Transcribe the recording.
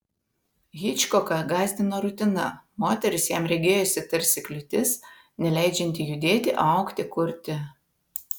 hičkoką gąsdino rutina moteris jam regėjosi tarsi kliūtis neleidžianti judėti augti kurti